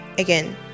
Again